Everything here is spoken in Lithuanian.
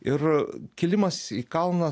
ir kilimas į kalną